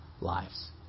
lives